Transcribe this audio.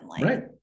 Right